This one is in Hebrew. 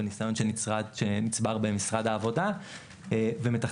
בניסיון שנצבר במשרד העבודה ומתכננים